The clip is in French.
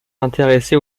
intéressé